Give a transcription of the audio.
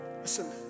Listen